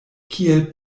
kiel